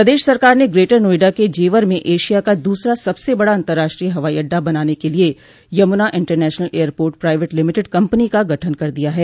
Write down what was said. प्रदेश सरकार ने ग्रेटर नोएडा के जेवर में एशिया का दूसरा सबसे बड़ा अतंर्राष्ट्रीय हवाई अड्डा बनाने के लिये Yamuna international airport private limited company का गठन कर दिया है